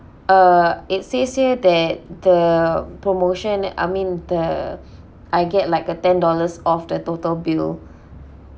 uh it says here that the promotion I mean the I get like a ten dollars off the total bill